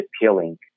appealing